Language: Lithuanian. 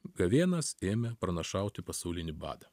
gavėnas ėmė pranašauti pasaulinį badą